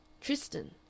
Tristan